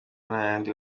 ntahandi